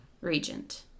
regent